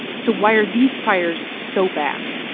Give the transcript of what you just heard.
so why are these fires so bad?